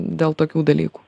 dėl tokių dalykų